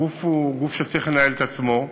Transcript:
הגוף הוא גוף שצריך לנהל את עצמו.